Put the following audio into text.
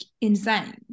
insane